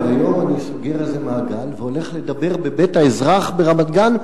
אבל היום אני סוגר איזה מעגל והולך לדבר ב"בית האזרח" ברמת-גן,